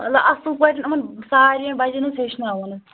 مطلب اَصٕل پٲٹھۍ یِمَن ساروِیَن بَچَن حظ ہیٚچھناوُن